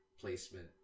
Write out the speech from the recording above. placement